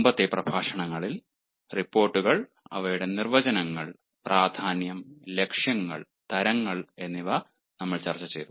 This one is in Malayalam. മുമ്പത്തെ പ്രഭാഷണങ്ങളിൽ റിപ്പോർട്ടുകൾ അവയുടെ നിർവചനങ്ങൾ പ്രാധാന്യം ലക്ഷ്യങ്ങൾ തരങ്ങൾ എന്നിവ ഞങ്ങൾ ചർച്ചചെയ്തു